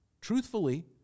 Truthfully